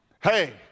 hey